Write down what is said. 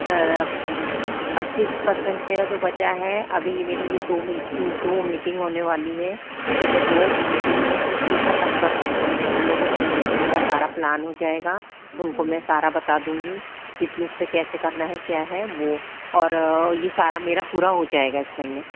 sir पच्चीस percent मेरा जो बचा है अभी मेरी ये दो मीटिंग होने वाली है जो मैं दो मीटिंग में इसको ख़त्म कर दूँगी उन लोगों से मिल के मेरा सारा प्लान हो जाएगा उनको में सारा बता दूँगी पिछले से कैसे करना है क्या है वो और ये सारा मेरा पूरा हो जाएगा पूरा इस महीने